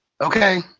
okay